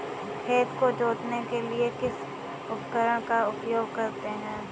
खेत को जोतने के लिए किस उपकरण का उपयोग करते हैं?